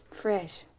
fresh